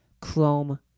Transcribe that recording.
Chrome